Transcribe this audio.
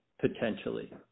potentially